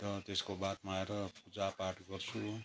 अन्त त्यसको बादमा आएर पूजापाठ गर्छु